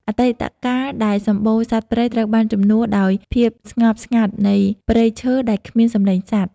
អតីតកាលដែលសំបូរសត្វព្រៃត្រូវបានជំនួសដោយភាពស្ងប់ស្ងាត់នៃព្រៃឈើដែលគ្មានសំឡេងសត្វ។